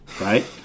right